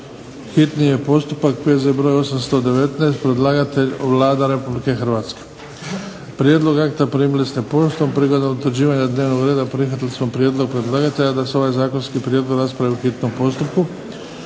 čitanje, P.Z. br. 819. Predlagatelj Vlada Republike Hrvatske. Prijedlog akta primili ste poštom, prilikom utvrđivanja dnevnog reda prihvatili smo prijedlog predlagatelja da se ovaj Zakonski prijedlog raspravi u hitnom postupku.